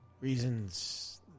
Reasons